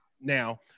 Now